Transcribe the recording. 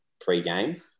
pre-game